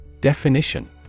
Definition